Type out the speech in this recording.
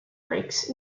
brakes